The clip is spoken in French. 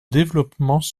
développements